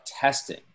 testing